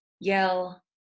yell